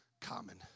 common